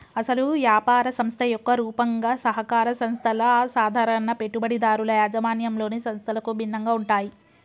అసలు యాపార సంస్థ యొక్క రూపంగా సహకార సంస్థల సాధారణ పెట్టుబడిదారుల యాజమాన్యంలోని సంస్థలకు భిన్నంగా ఉంటాయి